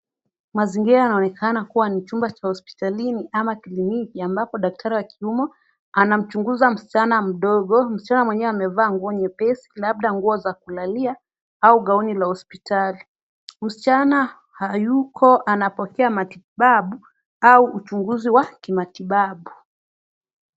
Mazingira yanaonekana kuwa ni chumba cha hospitalini ama kliniki ambapo daktari wa kiume anamchunguza msichana mdogo. Msichana mwenyewe amevaa nguo nyepesi labda nguo za kulalia au gauni la hospitali. Msichana yuko anapokea matibabu au uchunguzi wa kimatibabu.